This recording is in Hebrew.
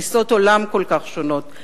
תפיסות עולם כל כך שונות,